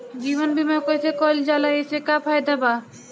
जीवन बीमा कैसे कईल जाला एसे का फायदा बा?